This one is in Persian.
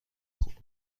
خوب